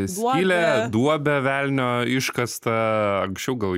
skylę duobę velnio iškastą anksčiau gal